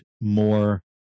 more